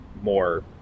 more